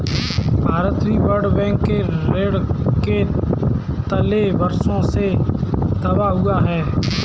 भारत भी World Bank के ऋण के तले वर्षों से दबा हुआ है